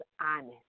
honest